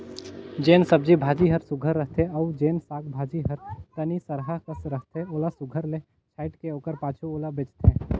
जेन सब्जी भाजी हर सुग्घर रहथे अउ जेन साग भाजी हर तनि सरहा कस रहथे ओला सुघर ले छांएट के ओकर पाछू ओला बेंचथें